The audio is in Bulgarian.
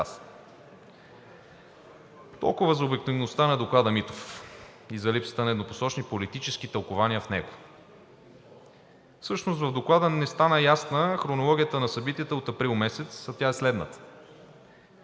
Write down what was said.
Толкова за обективността на Доклада „Митов“ и за липсата на еднопосочни политически тълкувания в него. Всъщност в Доклада не стана ясна хронологията на събитията от месец април, а тя е следната